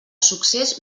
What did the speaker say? succés